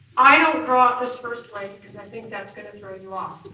i don't draw this first way because i that's gonna throw you off.